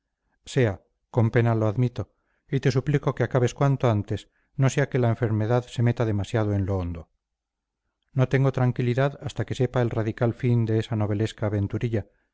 convenientes sea con pena lo admito y te suplico que acabes cuanto antes no sea que la enfermedad se meta demasiado en lo hondo no tengo tranquilidad hasta que sepa el radical fin de esa novelesca aventurilla